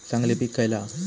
चांगली पीक खयला हा?